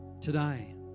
Today